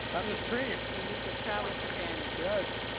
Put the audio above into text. on the stream. he needs a travel and companion. yes.